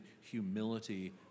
humility